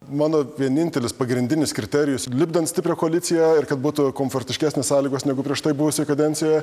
mano vienintelis pagrindinis kriterijus lipdant stiprią koaliciją ir kad būtų komfortiškesnės sąlygos negu prieš tai buvusioje kadencijoje